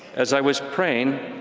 as i was praying,